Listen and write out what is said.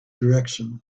direction